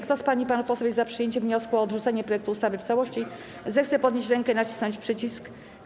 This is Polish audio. Kto z pań i panów posłów jest za przyjęciem wniosku o odrzucenie projektu ustawy w całości, zechce podnieść rękę i nacisnąć przycisk.